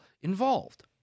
involved